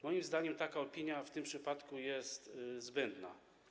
Moim zdaniem taka opinia w tym przypadku jest zbędna.